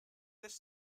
this